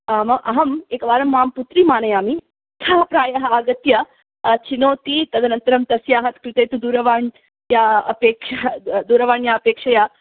अहम् एकवारं मम पुत्रीम् आनयामि सा प्रायः आगत्य चिनोति तदनन्तरं तस्याः कृते तु दूरवाणी अपेक्षा दूरवाण्या अपेक्षया